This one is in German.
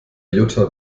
jutta